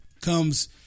comes